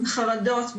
חרדות,